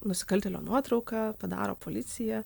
nusikaltėlio nuotrauką padaro policija